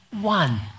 one